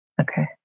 Okay